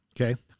Okay